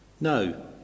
No